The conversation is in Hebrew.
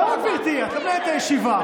לא, גברתי, את לא מנהלת את הישיבה.